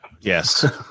yes